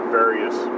various